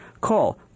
Call